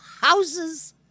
houses